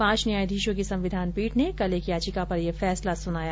पांच न्यायाधीशों की संविधान पीठ ने कल एक याचिका पर ये फैसला सुनाया